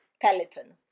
Peloton